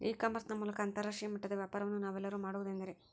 E commerce ನ ಮೂಲಕ ಅಂತರಾಷ್ಟ್ರೇಯ ಮಟ್ಟದ ವ್ಯಾಪಾರವನ್ನು ನಾವೆಲ್ಲರೂ ಮಾಡುವುದೆಂದರೆ?